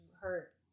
hurt